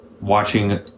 watching